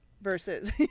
Versus